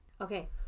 okay